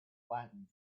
flattened